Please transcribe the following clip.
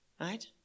Right